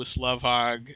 Lovehog